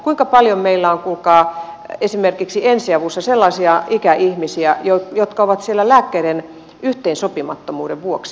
kuinka paljon meillä on kuulkaa esimerkiksi ensiavussa sellaisia ikäihmisiä jotka ovat siellä lääkkeiden yhteensopimattomuuden vuoksi